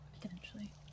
Potentially